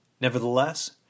Nevertheless